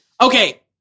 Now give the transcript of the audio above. Okay